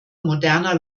moderner